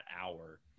hour